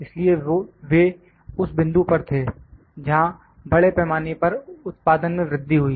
इसलिए वे उस बिंदु पर थे जहां बड़े पैमाने पर उत्पादन में वृद्धि हुई